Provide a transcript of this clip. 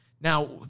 Now